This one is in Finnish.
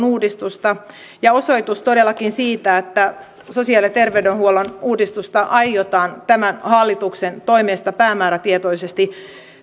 uudistusta ja osoitus todellakin siitä että sosiaali ja terveydenhuollon uudistusta aiotaan tämän hallituksen toimesta päämäärätietoisesti